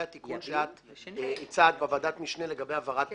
התיקון שאת הצעת בוועדת המשנה לגבי העברת פסולת,